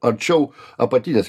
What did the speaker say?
arčiau apatinės